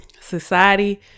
society